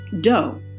dough